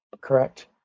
correct